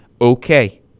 okay